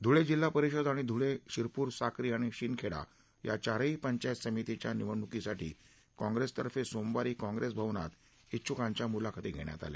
धूळे जिल्हा परिषद आणि धूळे शिरपूर साक्री अणि शिंदखेडा या चारही पंचायत समितीच्या निवडणुकीसाठी काँग्रेसतफे सोमवारी काँग्रेस भवनात छिछुकांच्या मुलाखती घेण्यात आल्या